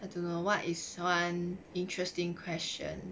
I don't know what is one interesting question